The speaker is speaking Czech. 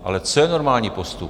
Ale co je normální postup?